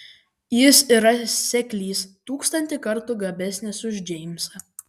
jis yra seklys tūkstantį kartų gabesnis už džeimsą